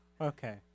Okay